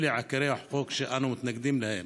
אלה עיקרי החוק שאנו מתנגדים להם: